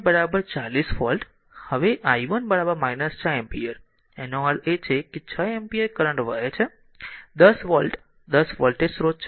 તેથી v0 40 volt હવે i 1 6 ampere આનો અર્થ એ છે કે 6 એમ્પીયર કરંટ વહે છે 10 વોલ્ટ 10 વોલ્ટ સ્રોત છે